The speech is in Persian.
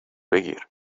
بگیر